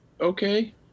okay